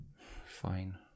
Fine